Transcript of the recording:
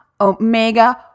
Omega